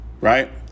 Right